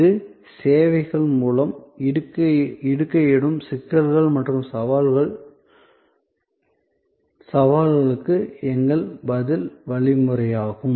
இது சேவைகள் மூலம் இடுகையிடும் சிக்கல்கள் மற்றும் சவால்களுக்கு எங்கள் பதில் வழிமுறையாகும்